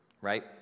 right